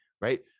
right